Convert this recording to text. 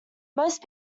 most